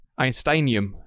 Einsteinium